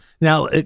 Now